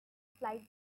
flight